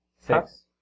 Six